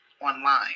online